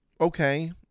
okay